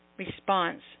response